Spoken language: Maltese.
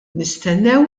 nistennew